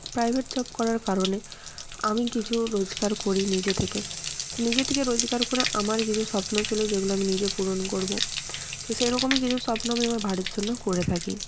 private job করার কারণে আমি কিছু রোজগার করি নিজে থেকে নিজে থেকে রোজগার করে আমার কিছু স্বপ্ন ছিল যেগুলো আমি নিজে পূরণ করবো তো সেই রকমই কিছু স্বপ্ন আমি আমার বাড়ির জন্যও করে থাকি